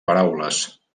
paraules